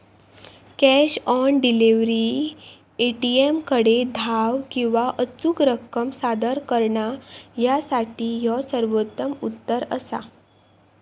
cash on delivery, ए.टी.एमकडे धाव किंवा अचूक रक्कम सादर करणा यासाठी ह्यो सर्वोत्तम उत्तर असा